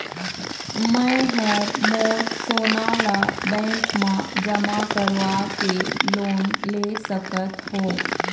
मैं हर मोर सोना ला बैंक म जमा करवाके लोन ले सकत हो?